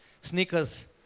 Sneakers